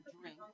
drink